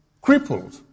crippled